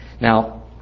Now